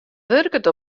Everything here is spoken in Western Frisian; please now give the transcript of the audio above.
wurket